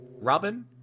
Robin